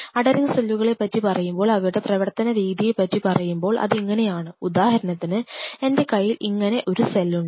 adhering സെല്ലുകളെ പറ്റി പറയുമ്പോൾ അവയുടെ പ്രവർത്തന രീതിയെ പറ്റി പറയുമ്പോൾ അതിങ്ങനെയാണ് ഉദാഹരണത്തിന് എൻറെ കയ്യിൽ ഇങ്ങനെ ഒരു സെൽ ഉണ്ട്